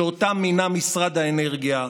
שאותה מינה משרד האנרגיה,